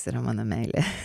jis yra mano meilė